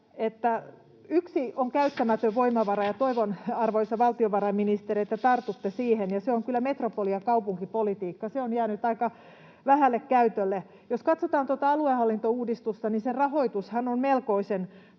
yksi käyttämätön voimavara, ja toivon, arvoisa valtiovarainministeri, että tartutte siihen: Se on kyllä metropoli- ja kaupunkipolitiikka. Se on jäänyt aika vähälle käytölle. Jos katsotaan aluehallintouudistusta, niin sen rahoitushan on melkoisen